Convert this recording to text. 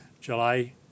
July